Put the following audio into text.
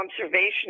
observation